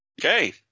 Okay